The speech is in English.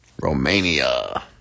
Romania